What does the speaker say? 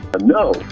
No